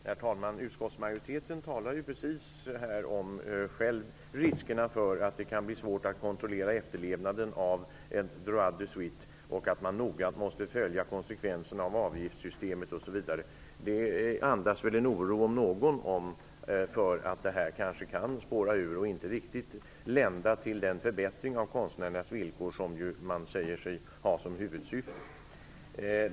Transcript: Herr talman! Utskottsmajoriteten talar ju själv om riskerna för att det kan bli svårt att kontrollera efterlevnaden av ett droit de suite och att man noggrant måste följa konsekvenserna av avgiftssystemet osv. Detta om något andas väl en oro för att detta kan spåra ur och inte riktigt lända till den förbättring av konstnärernas villkor som man ju säger sig ha som huvudsyfte.